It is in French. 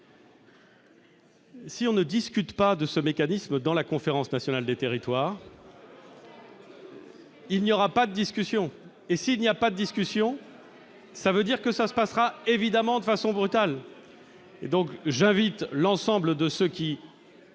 Si l'on ne discute pas de ce mécanisme dans le cadre de la Conférence nationale des territoires, il n'y aura pas de discussions ! Et s'il n'y a pas de discussions, cela veut dire que cela se passera évidemment de façon brutale. J'invite l'ensemble de ceux qui